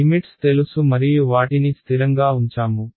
limits తెలుసు మరియు వాటిని స్థిరంగా ఉంచాము